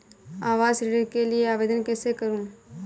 आवास ऋण के लिए आवेदन कैसे करुँ?